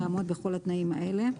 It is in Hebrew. יעמוד בכל התנאים האלה.